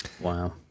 wow